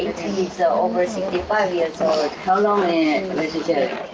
so over sixty five years old. like how long and but vegetarian?